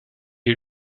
est